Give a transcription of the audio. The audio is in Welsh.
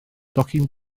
tocyn